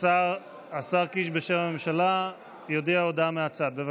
השר קיש, בשם הממשלה, יודיע הודעה מהצד, בבקשה.